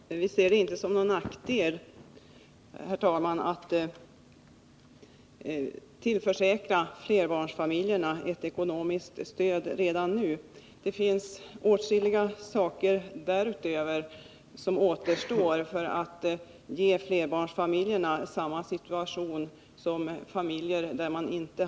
Herr talman! Vi ser det inte som någon nackdel att tillförsäkra flerbarnsfamiljerna ett ekonomiskt stöd redan nu. Det finns åtskilliga saker därutöver som återstår för att ge flerbarnsfamiljerna samma ekonomiska situation som familjer utan barn.